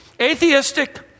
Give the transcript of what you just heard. atheistic